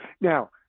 Now